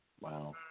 Wow